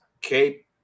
cape